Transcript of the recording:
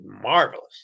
marvelous